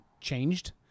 changed